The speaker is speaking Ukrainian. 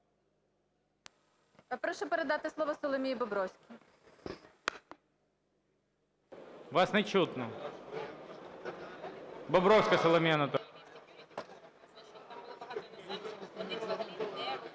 Прошу передати слово Соломії Бобровській.